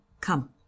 come